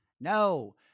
No